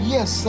Yes